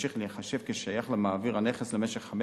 ימשיך להיחשב שייך למעביר הנכס למשך חמש